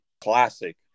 classic